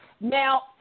Now